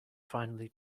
finally